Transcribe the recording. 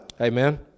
Amen